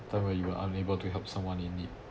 time where you were unable to help someone in need